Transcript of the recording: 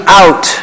out